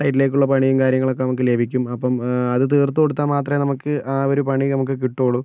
സൈഡിലേക്കുള്ള പണിയും കാര്യങ്ങളൊക്കെ നമുക്ക് ലഭിക്കും അപ്പം അത് തീർത്തു കൊടുത്താൽ മാത്രമേ നമുക്ക് ആ ഒരു പണി നമുക്ക് കിട്ടുകയുള്ളൂ